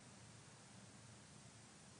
אז הקראנו באמת את רוב החוק.